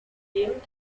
dem